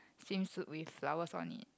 swimsuit with flowers on it